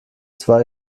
zwei